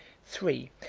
three.